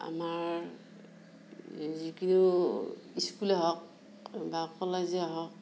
আমাৰ যিকোনো স্কুলে হওক বা কলেজে হওক